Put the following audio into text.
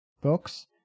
books